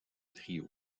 trio